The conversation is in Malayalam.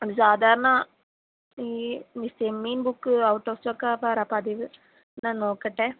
സാധാരണ ഈ ചെമ്മീൻ ബുക്ക് ഔട്ട് ഓഫ് സ്റ്റോക്കാവാറാ പതിവ് ഞാൻ നോക്കട്ടെ